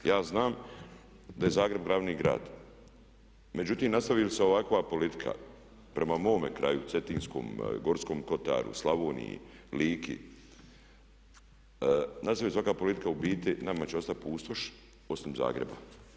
Ja znam da je Zagreb glavni grad, međutim nastavi li se ovakva politika prema mome kraju cetinskom, Gorskom kotaru, Slavoniji, Lici, nastavi li se ovakva politika u biti nama će ostati pustoš osim Zagreba.